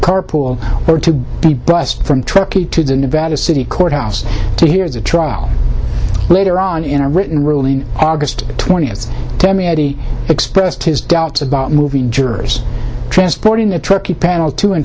carpool or to be bussed from truckee to the nevada city courthouse to hear the trial later on in a written ruling aug twentieth expressed his doubts about move jurors transporting a truckie panel to and